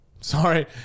sorry